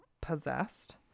possessed